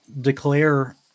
declare